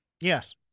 Yes